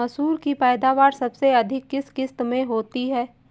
मसूर की पैदावार सबसे अधिक किस किश्त में होती है?